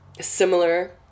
similar